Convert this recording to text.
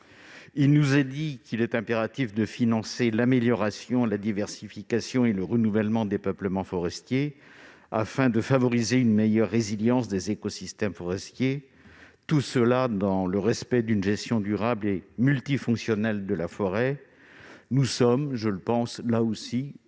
On nous dit qu'il est impératif de financer l'amélioration, la diversification et le renouvellement des peuplements forestiers, afin de favoriser une meilleure résilience des écosystèmes forestiers, dans le respect d'une gestion durable et multifonctionnelle de la forêt. Nous en sommes tous